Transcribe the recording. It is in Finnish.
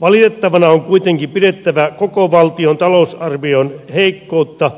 valitettavana on kuitenkin pidettävä koko valtion talousarvion heikkoutta